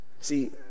See